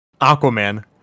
Aquaman